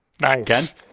Nice